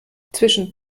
zwischen